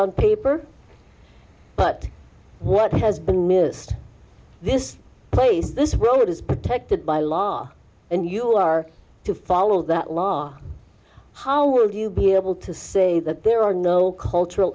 on paper but what has been missed this place this road is protected by law and you are to follow that law how will you be able to say that there are no cultural